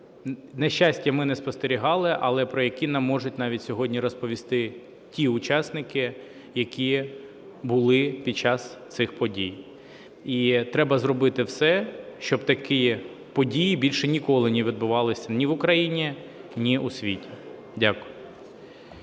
на щастя, ми не спостерігали, але про які нам можуть навіть сьогодні розповісти ті учасники, які були під час цих подій. І треба зробити все, щоб такі події більше ніколи не відбувалися ні в Україні, ні у світі. Дякую.